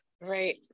Right